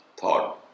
thought